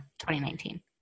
2019